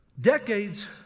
Decades